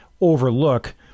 overlook